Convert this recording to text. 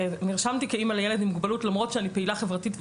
נרשמתי כאימא לילד עם מוגבלות למרות שאני פעילה חברתית,